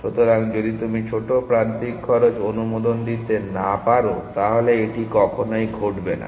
সুতরাং যদি তুমি ছোট প্রান্তিক খরচ অনুমোদন দিতে না পারো তাহলে এটি কখনোই ঘটবে না